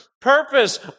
purpose